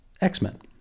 X-Men